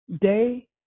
day